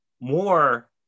more